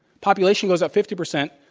population goes up fifty percent,